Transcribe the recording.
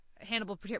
Hannibal